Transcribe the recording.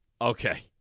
okay